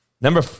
Number